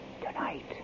Tonight